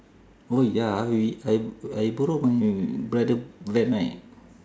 oh ya we I I borrowed from you brother that night